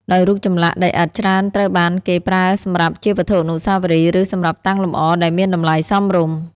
ដោយរូបចម្លាក់ដីឥដ្ឋច្រើនត្រូវបានគេប្រើសម្រាប់ជាវត្ថុអនុស្សាវរីយ៍ ឬសម្រាប់តាំងលម្អដែលមានតម្លៃសមរម្យ។